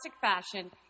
fashion